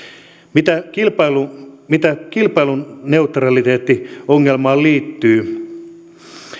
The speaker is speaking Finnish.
mitä kilpailuneutraliteettiongelmaa liittyy